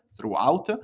throughout